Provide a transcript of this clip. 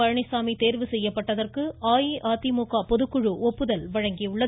பழனிசாமி தேர்வு செய்யப்பட்டதற்கு அஇஅதிமுக பொதுக்குழு ஒப்புதல் வழங்கியுள்ளது